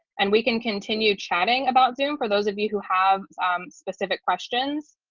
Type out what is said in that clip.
and we can continue chatting about zoom for those of you who have specific questions.